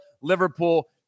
Liverpool